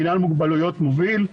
מינהל מוגבלויות מוביל כרגע,